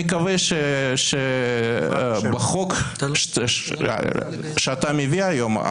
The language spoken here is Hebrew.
אני מקווה שבחוק שאתה מביא היום,